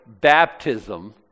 baptism